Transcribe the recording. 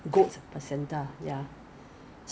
三十巴先是一次 ah it's not it's only 一次 ah